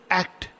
act